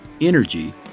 energy